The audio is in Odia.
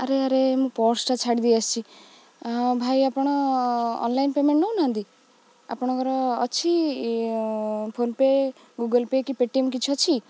ଆରେ ଆରେ ମୁଁ ପର୍ସଟା ଛାଡ଼ି ଦେଇ ଆସିଛି ଭାଇ ଆପଣ ଅନଲାଇନ୍ ପେମେଣ୍ଟ ନଉ ନାହାନ୍ତି ଆପଣଙ୍କର ଅଛି ଫୋନ୍ପେ ଗୁଗୁଲ ପେ କି ପେଟିଏମ୍ କିଛି ଅଛି